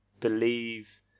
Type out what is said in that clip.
believe